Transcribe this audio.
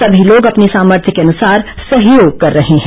सभी लोग अपने सामर्थ्य के अनुसार सहयोग कर रहे हैं